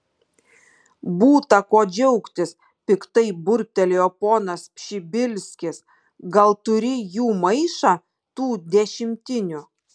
būta ko džiaugtis piktai burbtelėjo ponas pšibilskis gal turi jų maišą tų dešimtinių